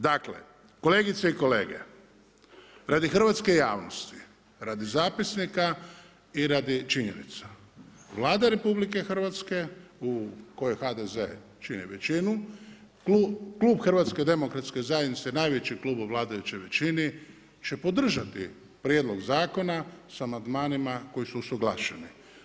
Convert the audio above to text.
Dakle, kolegice i kolege radi hrvatske javnosti, radi zapisnika i radi činjenica Vlada RH u kojoj HDZ čini većinu, klub Hrvatske demokratske zajednice najveći klub u vladajućoj većini će podržati prijedlog zakona sa amandmanima koji su usuglašeni.